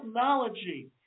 Technology